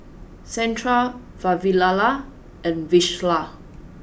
Santha Vavilala and Vishal